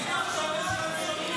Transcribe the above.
אז הינה, עכשיו יש לכם אפשרות.